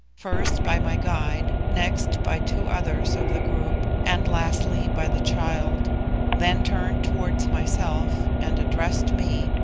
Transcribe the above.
first by my guide, next by two others of the group, and lastly by the child then turned towards myself, and addressed me,